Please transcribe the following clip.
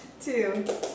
Two